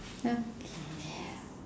okay